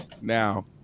Now